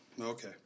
Okay